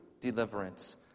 deliverance